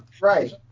Right